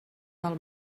del